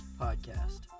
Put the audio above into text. Podcast